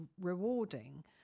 rewarding